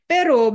Pero